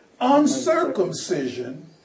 Uncircumcision